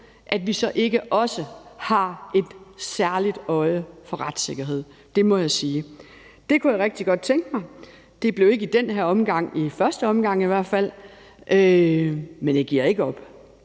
har vi ikke også et særligt øje for retssikkerhed. Det må jeg sige. Det kunne jeg rigtig godt tænke mig. Det blev ikke i den her omgang, i hvert fald ikke i første omgang. Men jeg giver ikke op